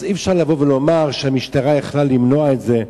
אז אי-אפשר לבוא ולומר שהמשטרה יכלה למנוע את זה.